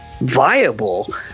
viable